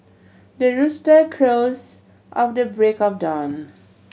the rooster crows at the break of dawn